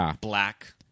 black